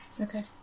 Okay